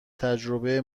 تجربه